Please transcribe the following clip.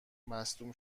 مصدوم